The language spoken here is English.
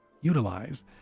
utilize